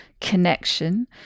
connection